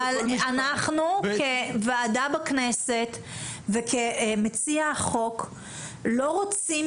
אבל אנחנו כוועדה בכנסת וכמציע החוק לא רוצים